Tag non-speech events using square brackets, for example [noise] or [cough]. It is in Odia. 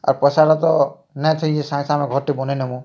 ଆର୍ ପଇସା [unintelligible] ତ ନା ଥୋଇଛୁ ସାଙ୍ଗ୍ ସାଙ୍ଗ୍ ଆମେ ଘର୍ ଟେ ବନାଇ ନବୁ